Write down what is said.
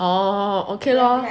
oh okay lor